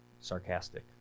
Sarcastic